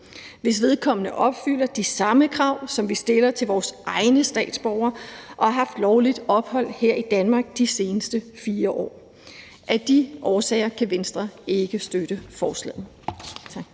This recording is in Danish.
hvis vedkommende opfylder de samme krav, som vi stiller til vores egne statsborgere, og har haft lovligt ophold her i Danmark de seneste 4 år. Af de årsager kan Venstre ikke støtte forslaget.